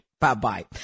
bye-bye